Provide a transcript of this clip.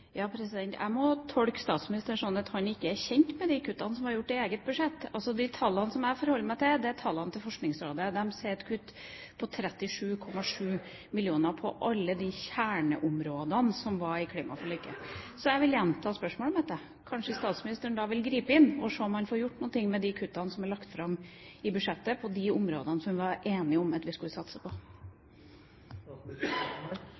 Jeg må tolke statsministeren sånn at han ikke er kjent med de kuttene som er gjort i eget budsjett. De tallene jeg forholder meg til, er tallene til Forskningsrådet, som viser et kutt på 37,7 mill. kr på alle kjerneområdene i klimaforliket. Så jeg vil gjenta spørsmålet mitt: Kanskje statsministeren vil gripe inn og se om han får gjort noe med de kuttene som er lagt fram i budsjettet på de områdene vi var enige om at vi skulle satse på?